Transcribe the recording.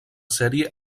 sèrie